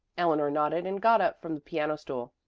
eleanor nodded and got up from the piano stool.